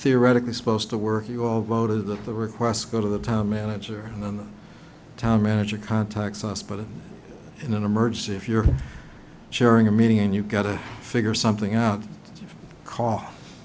theoretically supposed to work you all voted that the requests go to the town manager and then the town manager contacts us but in an emergency if you're sharing a meeting and you've got to figure something out co